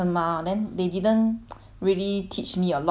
really teach me a lot cause only two weeks mah 对不对